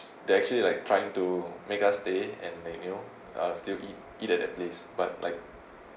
they actually like trying to make us stay and they you know uh still eat eat at that place but like